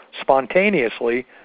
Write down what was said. spontaneously